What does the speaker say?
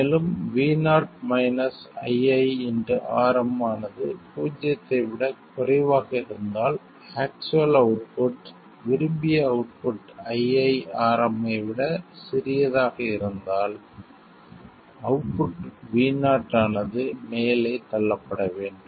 மேலும் vo iiRm ஆனது பூஜ்ஜியத்தை விட குறைவாக இருந்தால் ஆக்சுவல் அவுட்புட் விரும்பிய அவுட்புட் iiRm ஐ விட சிறியதாக இருந்தால் அவுட்புட் vo ஆனது மேலே தள்ளப்பட வேண்டும்